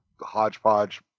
hodgepodge